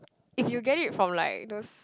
if you get it from like those